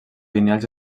lineals